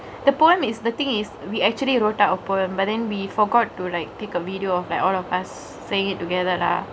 the poem is the thingk is we actually you know type of poor but then we forgot to like pick a video of like all of us sayingk it together lah